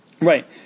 Right